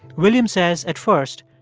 williams says, at first,